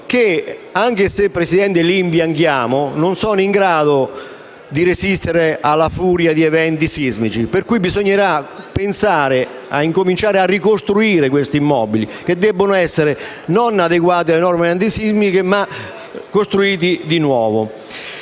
ma anche se li imbianchiamo non sono in grado di resistere alla furia degli eventi sismici. Bisognerà pensare a ricostruire questi immobili, che non debbono essere adeguati alle norme antisismiche, ma ricostruiti di nuovo.